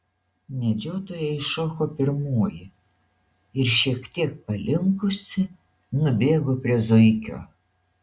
medžiotoja iššoko pirmoji ir šiek tiek palinkusi nubėgo prie zuikio